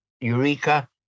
Eureka